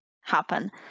happen